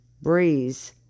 breeze